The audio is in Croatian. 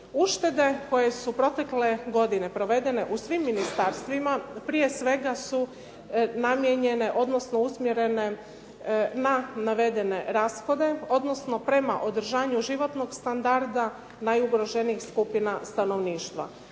Uštede koje su protekle godine provedene u svim ministarstvima prije svega su usmjerene na navedene rashode, odnosno prema održanju životnog standarda najugroženijim skupinama stanovništva.